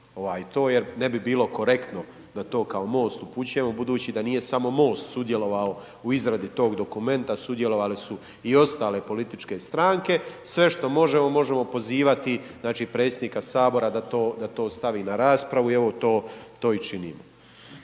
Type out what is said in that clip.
jer ne bi bilo korektno da to kao Most upućujemo budući da nije samo MOST sudjelovao u izradi tog dokumenta, sudjelovale su i ostale političke stranke, sve što možemo, možemo pozivati znači predsjednika Sabora da to stavi na raspravu i evo to i činimo.